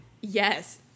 yes